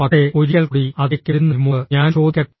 പക്ഷേ ഒരിക്കൽക്കൂടി അതിലേക്ക് വരുന്നതിന് മുമ്പ് ഞാൻ ചോദിക്കട്ടെ